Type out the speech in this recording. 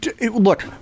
Look